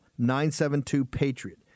972-PATRIOT